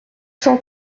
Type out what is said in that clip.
cent